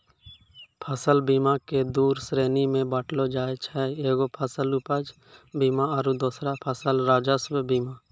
फसल बीमा के दु श्रेणी मे बाँटलो जाय छै एगो फसल उपज बीमा आरु दोसरो फसल राजस्व बीमा